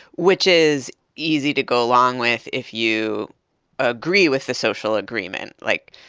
which is easy to go along with if you agree with the social agreement, like,